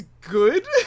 good